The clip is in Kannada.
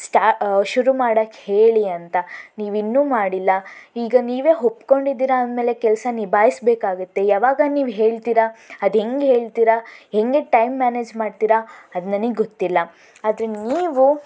ಸ್ಟಾ ಶುರು ಮಾಡೋಕ್ಕೆ ಹೇಳಿ ಅಂತ ನೀವಿನ್ನೂ ಮಾಡಿಲ್ಲ ಈಗ ನೀವೇ ಒಪ್ಕೊಂಡಿದ್ದೀರಾ ಅಂದ್ಮೇಲೆ ಕೆಲಸ ನಿಭಾಯಿಸ್ಬೇಕಾಗತ್ತೆ ಯಾವಾಗ ನೀವು ಹೇಳ್ತಿರಾ ಅದೆಂಗೆ ಹೇಳ್ತೀರ ಹೇಗೆ ಟೈಮ್ ಮ್ಯಾನೇಜ್ ಮಾಡ್ತಿರಾ ಅದು ನನಗೆ ಗೊತ್ತಿಲ್ಲ ಆದರೆ ನೀವು